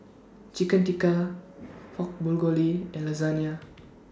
Chicken Tikka Pork Bulgogi and Lasagne